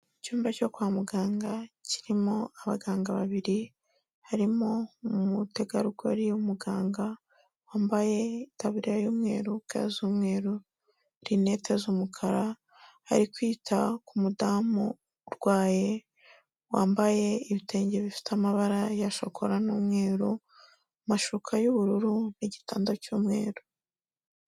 Icyumba cyo kwa muganga kirimo abaganga babiri, harimo umutegarugori w'umuganga, wambaye itaburiya y'umweru, ga z'umweru, rinete z'umukara, ari kwita ku mudamu urwaye, wambaye ibitenge bifite amabara ya shokora n'umweru, amashuka y'ubururu n'igitanda cy'umweru.